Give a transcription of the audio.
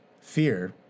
fear